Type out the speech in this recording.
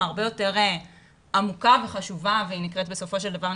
הרבה יותר עמוקה וחשובה והיא נקראת בסופו של דבר,